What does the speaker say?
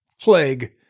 plague